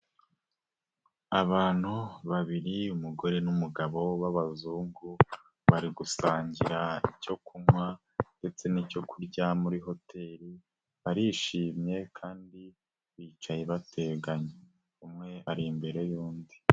Abantu babiri umugore n'umugabo b'abazungu bari gusangira icyo kunywa ndetse n'icyo kurya muri hoteli, barishimye kandi bicaye bateganye umwe ari imbere y'undi.